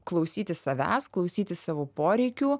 klausytis savęs klausytis savo poreikių